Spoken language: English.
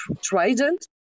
trident